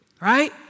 Right